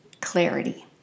clarity